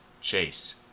chase